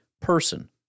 person